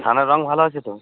ধানের রঙ ভালো আছে তো